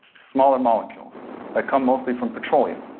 smaller molecules that come mostly from petroleum.